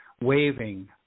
waving